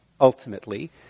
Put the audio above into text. ultimately